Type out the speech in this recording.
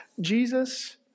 Jesus